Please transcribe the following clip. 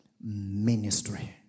ministry